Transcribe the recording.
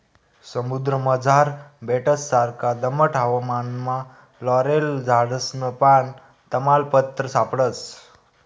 समुद्रमझार बेटससारखा दमट हवामानमा लॉरेल झाडसनं पान, तमालपत्र सापडस